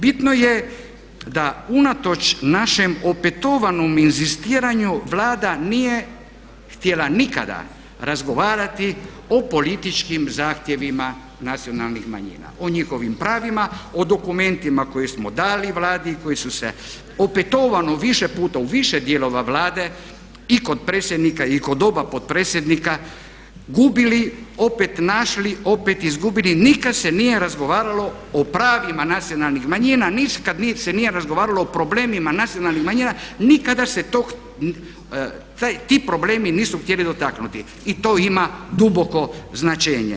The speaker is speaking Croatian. Bitno je da unatoč našem opetovanom inzistiranju Vlada nije htjela nikada razgovarati o političkim zahtjevima nacionalnih manjina, o njihovim pravima, o dokumentima koje smo dali Vladi, koji su se opetovano više puta u više dijelova Vlade i kod predsjednika i kod oba potpredsjednika gubili opet našli, opet izgubili, nikad se nije razgovaralo o pravima nacionalnih manjina kad nije se razgovaralo o problemima nacionalnih manjina, nikada se ti problemi nisu htjeli dotaknuti i to ima duboko značenje.